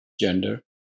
Gender